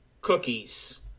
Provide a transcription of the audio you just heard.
cookies